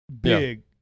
big